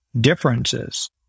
differences